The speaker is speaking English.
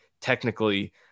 technically